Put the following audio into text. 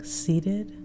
seated